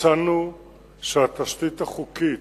מצאנו שהתשתית החוקית